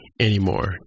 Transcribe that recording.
anymore